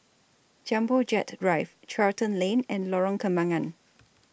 Jumbo Jet Drive Charlton Lane and Lorong Kembagan